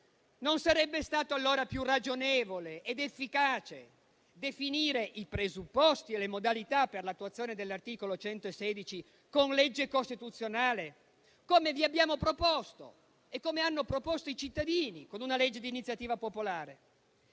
Non sarebbe stato allora più ragionevole ed efficace definire i presupposti e le modalità per l'attuazione dell'articolo 116 con legge costituzionale, come vi abbiamo proposto e come hanno proposto i cittadini con una legge di iniziativa popolare?